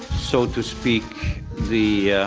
so to speak, the